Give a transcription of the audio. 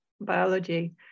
biology